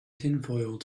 tinfoil